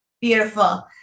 beautiful